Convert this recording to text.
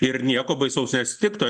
ir nieko baisaus neatsitiktų